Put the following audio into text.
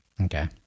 Okay